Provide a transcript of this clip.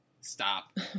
stop